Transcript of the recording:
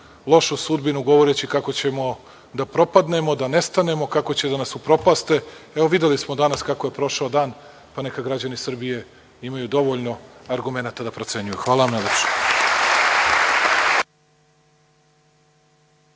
lošu sudbinu govoreći kako ćemo da propadnemo, da nestanemo, kako će da nas upropaste. Evo videli smo danas kako je prošao dan, pa neka građani Srbije imaju dovoljno argumenata da procenjuju. Hvala vam.